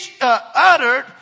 uttered